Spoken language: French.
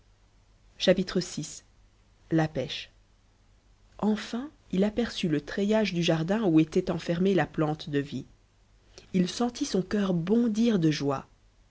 vi la pêche enfin il aperçut le treillage du jardin où était enfermée la plante de vie et il sentit son cour bondir de joie